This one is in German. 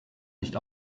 nicht